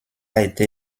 été